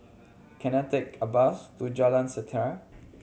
can I take a bus to Jalan Setia